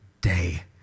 day